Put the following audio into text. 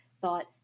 thought